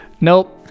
nope